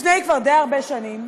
לפני כבר די הרבה שנים,